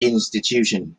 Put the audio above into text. institution